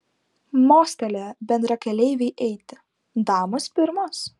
mostelėjo bendrakeleivei eiti damos pirmos